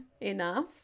enough